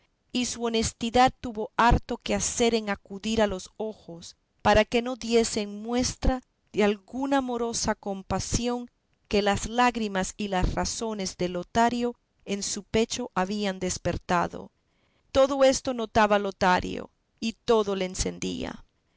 y su honestidad tuvo harto que hacer en acudir a los ojos para que no diesen muestra de alguna amorosa compasión que las lágrimas y las razones de lotario en su pecho habían despertado todo esto notaba lotario y todo le encendía